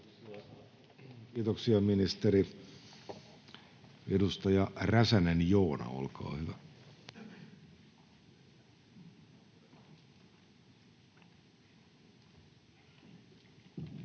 Kiitoksia, ministeri. — Edustaja Räsänen, Joona, olkaa hyvä. Arvoisa